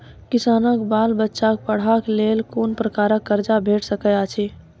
किसानक बाल बच्चाक पढ़वाक लेल कून प्रकारक कर्ज भेट सकैत अछि?